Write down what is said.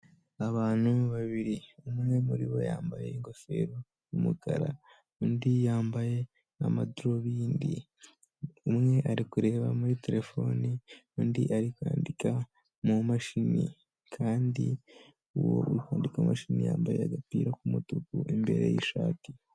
Abantu babiri umwe muribo yambaye ingofero y'umukara undi yambaye amadarubindi, umwe ari kureba muri terefone undi ari kwandika mu mu mashini. Kandi uwo uri kwandika mu mashini yambaye agapira k'umutuku imbere y'ishati.